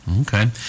Okay